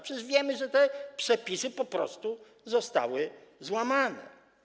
Przecież wiemy, że te przepisy po prostu zostały złamane.